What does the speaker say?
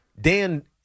Dan